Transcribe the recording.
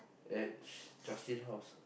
at justin's house